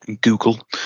google